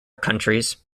countries